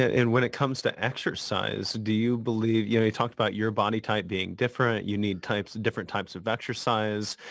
and when it comes to exercise, do you believe you talk about your body type being different. you need types of different types of exercise.